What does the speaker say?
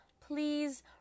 please